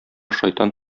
шайтан